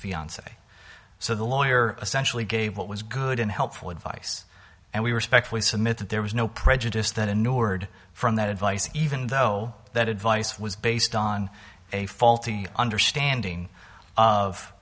fiance so the lawyer essentially gave what was good and helpful advice and we respectfully submit that there was no prejudice then a new word from that advice even though that advice was based on a faulty understanding of